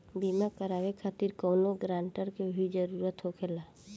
बीमा कराने खातिर कौनो ग्रानटर के भी जरूरत होखे ला?